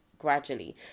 gradually